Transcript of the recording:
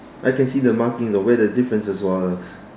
I can see the marking though where the differences were